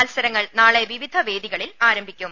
മത്സരങ്ങൾ നാളെ വിവിധ പ്പേദ്ദികളിൽ ആരംഭിക്കും